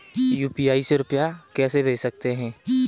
UPI से रुपया कैसे भेज सकते हैं?